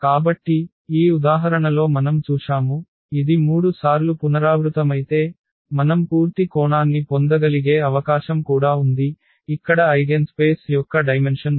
కాబట్టి ఈ ఉదాహరణలో మనం చూశాము ఇది 3 సార్లు పునరావృతమైతే మనం పూర్తి కోణాన్ని పొందగలిగే అవకాశం కూడా ఉంది ఇక్కడ ఐగెన్ స్పేస్ యొక్క డైమెన్షన్ 3